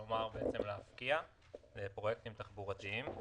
כלומר בעצם להפקיע לפרויקטים תחבורתיים.